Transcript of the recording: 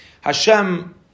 Hashem